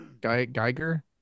Geiger